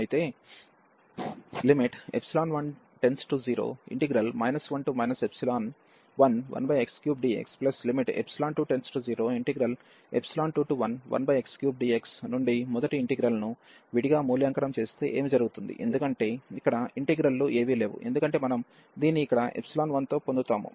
అయితే1→0⁡ 1 11x3dx2→0⁡211x3dxనుండి మొదటి ఇంటిగ్రల్ ను విడిగా మూల్యాంకనం చేస్తే ఏమి జరుగుతుంది ఎందుకంటే ఇక్కడ ఇంటిగ్రల్ లు ఏవీ లేవు ఎందుకంటే మనం దీన్ని ఇక్కడ 1 తో పొందుతాము